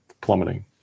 plummeting